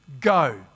Go